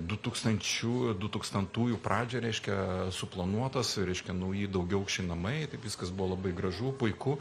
du tūkstančiųjų du tūkstantųjų pradžią reiškia suplanuotas reiškia nauji daugiaaukščiai namai taip viskas buvo labai gražu puiku